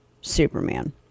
Superman